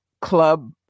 Club